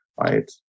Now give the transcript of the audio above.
Right